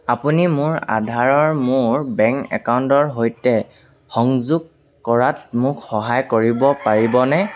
আপুনি মোৰ আধাৰ মোৰ বেংক একাউণ্টৰ সৈতে সংযোগ কৰাত মোক সহায় কৰিব পাৰিবনে